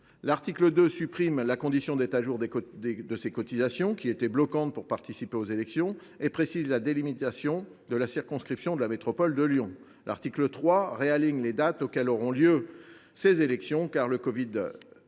l’article 2 tend à supprimer la condition d’être à jour de ses cotisations, qui était bloquante pour participer aux élections, et précise la délimitation de la circonscription de la métropole de Lyon ; l’article 3 tend à réaligner les dates auxquelles auront lieu ces élections, car le covid 19